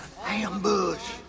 ambush